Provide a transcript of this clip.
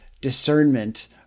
discernment